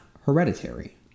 hereditary